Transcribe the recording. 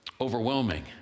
overwhelming